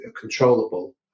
controllable